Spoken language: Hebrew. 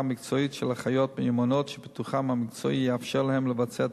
מקצועית של אחיות מיומנות שפיתוחן המקצועי יאפשר להן לבצע,